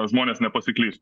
žmonės nepasiklys